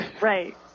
right